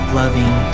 loving